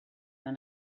and